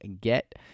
get